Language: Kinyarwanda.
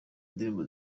ndirimbo